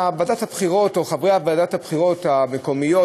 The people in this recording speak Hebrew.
שוועדת הבחירות או חברי ועדת הבחירות המקומיות,